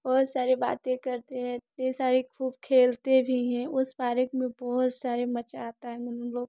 बहुत सारी बातें करते हैं इतनी सारी खूब खेलते भी हैं पारक में बहुत सारे मजा आता है